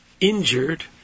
injured